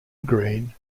green